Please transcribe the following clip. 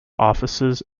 offices